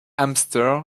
hamsters